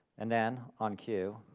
and then, on cue,